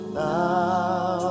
now